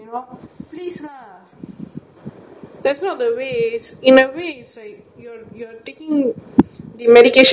that's not the ways in a way is like you're taking the medication anyhow take medication abusing you know